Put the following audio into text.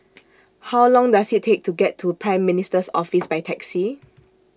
How Long Does IT Take to get to Prime Minister's Office By Taxi